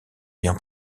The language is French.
bien